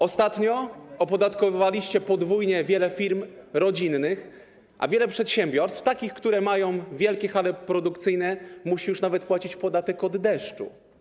Ostatnio opodatkowywaliście podwójnie wiele firm rodzinnych, a wiele przedsiębiorstw, takich, które mają wielkie hale produkcyjne, musi już nawet płacić podatek od deszczu.